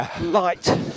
light